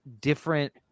different